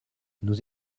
nous